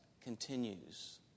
continues